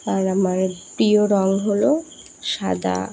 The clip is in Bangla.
আর আমার প্রিয় রঙ হলো সাদা